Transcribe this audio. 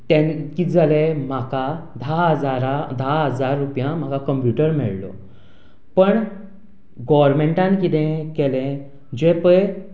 तांकां कितें जालें म्हाका धा हजारा धा हजार रुपयांक म्हाका कंप्यूटर मेळ्ळो पूण गव्हर्नमँटान कितें केलें जें पळय